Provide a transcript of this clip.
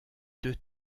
deux